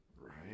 Right